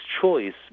choice